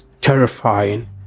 terrifying